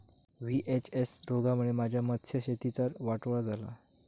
VHS रोगामुळे माझ्या मत्स्यशेतीचा वाटोळा झाला